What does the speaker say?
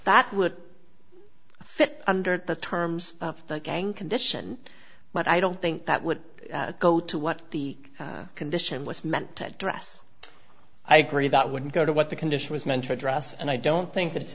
that would fit under the terms of the gang condition but i don't think that would go to what the condition was meant to address i agree that wouldn't go to what the condition was meant to address and i don't think that it's